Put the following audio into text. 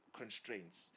constraints